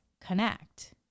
connect